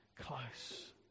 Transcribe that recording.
close